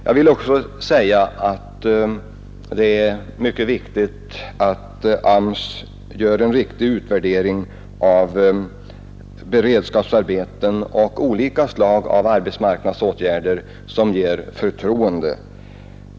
Jag vill också säga att det är mycket viktigt att AMS gör utvärderingar av beredskapsarbeten och andra arbetsmarknadsåtgärder så att de blir meningsfyllda och produktiva och inger förtroende hos allmänheten.